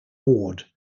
ward